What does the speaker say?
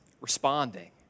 responding